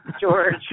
George